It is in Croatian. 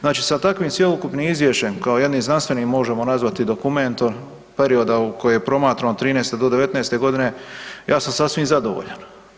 Znači, sa takvim cjelokupnim izvješćem kao jednim znanstvenim možemo nazvati dokumentom perioda koji je promatran od '13. do '19. godine, ja sam sasvim zadovoljan.